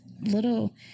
little